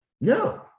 No